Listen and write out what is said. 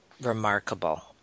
remarkable